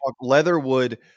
Leatherwood